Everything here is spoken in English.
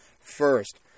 first